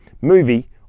movie